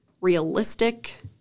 realistic